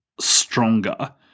stronger